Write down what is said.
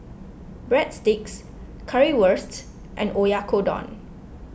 Breadsticks Currywurst and Oyakodon